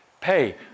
pay